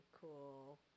cool